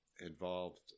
involved